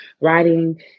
writing